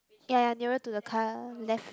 ya nearer to the car left